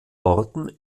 orten